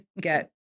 get